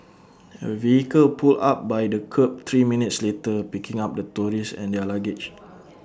A vehicle pulled up by the kerb three minutes later picking up the tourists and their luggage